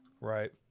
Right